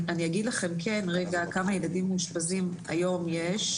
אני אגיד לכם כן רגע כמה ילדים מאושפזים היום יש.